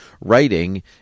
writing